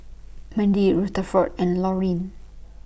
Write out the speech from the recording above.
Mandie Rutherford and Laurine